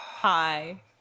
Hi